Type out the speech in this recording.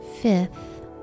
fifth